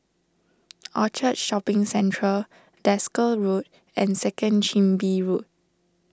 Orchard Shopping Centre Desker Road and Second Chin Bee Road